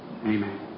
amen